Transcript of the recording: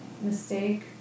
mistake